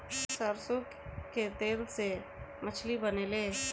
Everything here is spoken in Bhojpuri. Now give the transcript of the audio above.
सरसों के तेल से मछली बनेले